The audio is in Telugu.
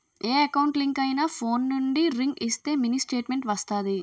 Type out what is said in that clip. ఏ ఎకౌంట్ లింక్ అయినా ఫోన్ నుండి రింగ్ ఇస్తే మినీ స్టేట్మెంట్ వస్తాది